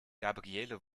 gabriele